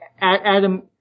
Adam